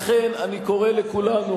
לכן אני קורא לכולנו: